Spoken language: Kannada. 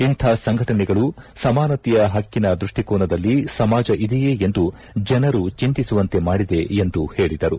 ಇಂಥ ಫಟನೆಗಳು ಸಮಾನತೆಯ ಹಕ್ಕಿನ ದೃಷ್ಟಿಕೋನದಲ್ಲಿ ಸಮಾಜ ಇದೆಯೇ ಎಂದು ಜನರು ಚಿಂತಿಸುವಂತೆ ಮಾಡಿದೆ ಎಂದು ಹೇಳಿದರು